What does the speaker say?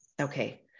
Okay